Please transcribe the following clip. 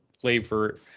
flavor